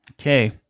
Okay